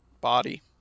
body